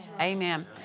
Amen